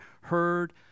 heard